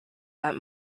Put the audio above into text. that